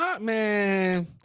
man